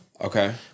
Okay